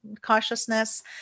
cautiousness